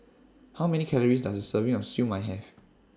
How Many Calories Does A Serving of Siew Mai Have